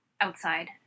outside